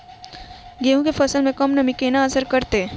गेंहूँ केँ फसल मे कम नमी केना असर करतै?